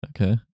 okay